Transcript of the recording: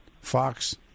Fox